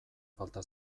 falta